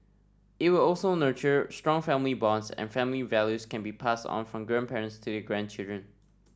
it will also nurture strong family bonds and family values can be pass on from grandparents to their grandchildren